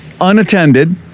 unattended